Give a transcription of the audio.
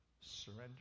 surrender